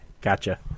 gotcha